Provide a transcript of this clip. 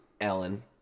Ellen